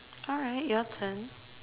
alright your turn